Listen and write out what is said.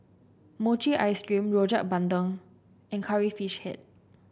Mochi Ice Cream Rojak Bandung and Curry Fish Head